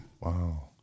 Wow